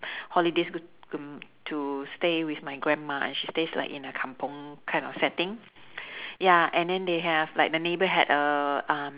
holidays go mm to stay with my grandma and she stays like in a kampung kind of setting ya and then they have like the neighbour had a um